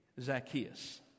Zacchaeus